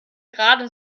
gerade